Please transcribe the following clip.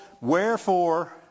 wherefore